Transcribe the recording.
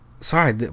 sorry